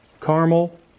caramel